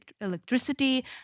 electricity